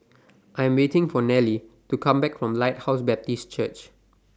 I'm waiting For Nellie to Come Back from Lighthouse Baptist Church